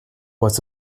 was